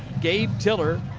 gabe tiller.